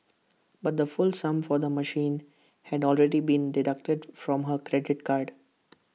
but the full sum for the machine had already been deducted from her credit card